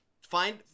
find